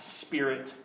spirit